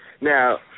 Now